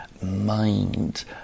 mind